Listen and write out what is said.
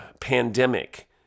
pandemic